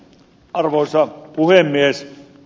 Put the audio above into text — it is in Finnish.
arvoisa puhemies